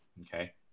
okay